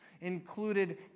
included